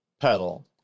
pedal